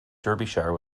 derbyshire